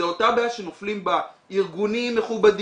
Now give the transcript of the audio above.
זו אותה בעיה שנופלים בה ארגונים מכובדים,